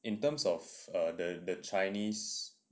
in terms of err the chinese